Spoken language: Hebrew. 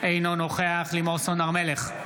אינו נוכח לימור סון הר מלך,